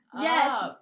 Yes